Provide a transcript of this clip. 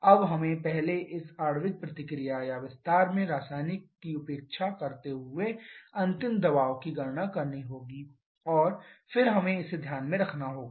अब हमें पहले इस आणविक प्रतिक्रिया या विस्तार में रासायनिक की उपेक्षा करते हुए अंतिम दबाव की गणना करनी होगी और फिर हमें इसे ध्यान में रखना होगा